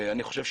אני חושב,